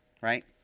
right